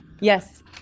Yes